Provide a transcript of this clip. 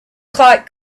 quite